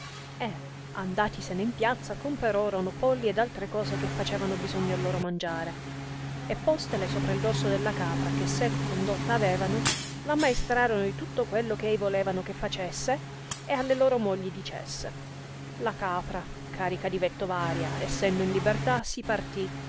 casa e andatisene in piazza comperorono polli ed altre cose che facevano bisogno al loro mangiare e postele sopra il dorso della capra che seco condotta avevano l'ammaestrarono di tutto quello che ei volevano che facesse e alle loro mogli dicesse la capra carica di vettovaria essendo in libertà si partì